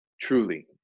truly